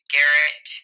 Garrett